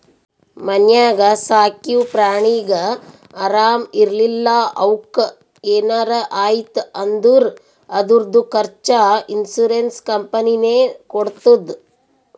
ಮನ್ಯಾಗ ಸಾಕಿವ್ ಪ್ರಾಣಿಗ ಆರಾಮ್ ಇರ್ಲಿಲ್ಲಾ ಅವುಕ್ ಏನರೆ ಆಯ್ತ್ ಅಂದುರ್ ಅದುರ್ದು ಖರ್ಚಾ ಇನ್ಸೂರೆನ್ಸ್ ಕಂಪನಿನೇ ಕೊಡ್ತುದ್